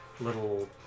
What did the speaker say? little